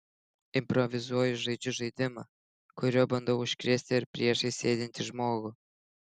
improvizuoju žaidžiu žaidimą kuriuo bandau užkrėsti ir priešais sėdintį žmogų